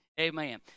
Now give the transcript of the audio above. Amen